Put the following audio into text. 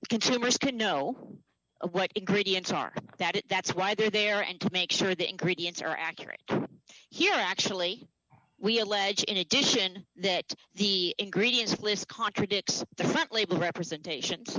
consumers can know what ingredients are that it that's why they're there and to make sure the ingredients are accurate here actually we allege in addition that the ingredients list contradicts the fact label representations